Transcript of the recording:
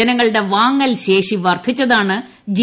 ജനങ്ങളുടെ വാങ്ങൽ ശേഷി വർദ്ധിച്ചതാണ് ജി